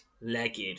legged